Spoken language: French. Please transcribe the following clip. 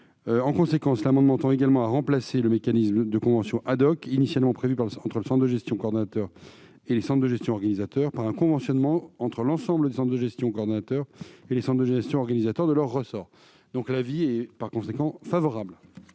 En conséquence, l'amendement tend également à remplacer le mécanisme de convention initialement prévu entre le centre de gestion coordonnateur et les centres de gestion organisateurs par un conventionnement entre l'ensemble des centres de gestion coordonnateurs et les centres de gestion organisateurs de leur ressort. Quel est l'avis du Gouvernement ? Le